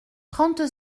trente